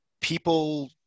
people